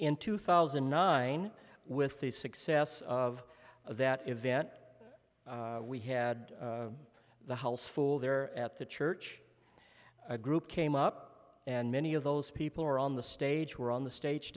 in two thousand and nine with the success of that event we had the house full there at the church a group came up and many of those people are on the stage or on the stage